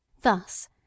Thus